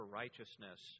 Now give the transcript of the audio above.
righteousness